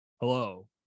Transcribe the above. Hello